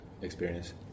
experience